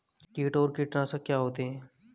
कीट और कीटनाशक क्या होते हैं?